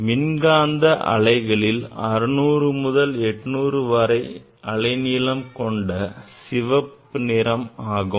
மின்காந்த அலைகளில் 600 முதல் 800 வரை அலைநீளம் கொண்டவை சிவப்பு நிறம் ஆகும்